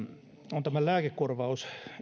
on lääkekorvaus